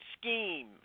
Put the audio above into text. scheme